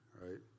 right